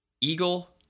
Eagle